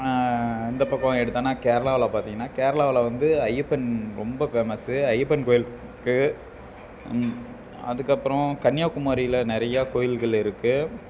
இந்தப் பக்கம் எடுத்தோம்ன்னா கேரளாவில் பார்த்தீங்கன்னா கேரளாவில் வந்து ஐயப்பன் ரொம்ப ஃபேமஸு ஐயப்பன் கோவில் இருக்குது அதுக்கப்புறம் கன்னியாகுமரில நிறையா கோவில்கள் இருக்குது